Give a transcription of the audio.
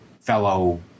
fellow